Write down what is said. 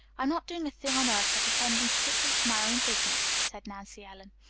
i'm not doing a thing on earth but attending strictly to my own business, said nancy ellen.